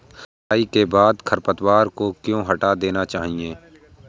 कटाई के बाद खरपतवार को क्यो हटा देना चाहिए?